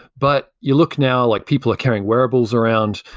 but you look now like people are carrying wearables around.